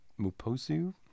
Muposu